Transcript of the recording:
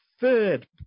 third